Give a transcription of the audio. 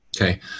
Okay